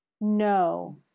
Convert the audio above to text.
No